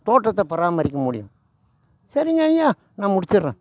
தோட்டத்தை பராமரிக்க முடியும் சரிங்கய்யா நான் முடிச்சுறேன்